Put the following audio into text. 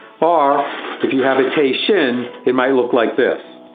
or if you have a tei shin it might look like this,